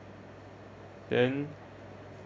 then